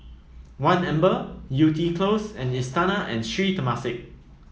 One Amber Yew Tee Close and Istana and Sri Temasek